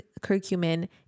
curcumin